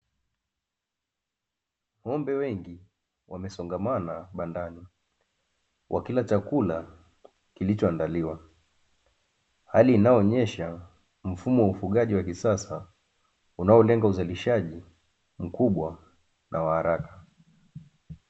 ngombe wengi wamesongamana bandani, wakila chakula kilichoandaliwa, hali inayoonesha mfumo wa ufugaji wa kisasa unaolenga uzalishaj mkubwa na wa haraka.